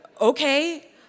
Okay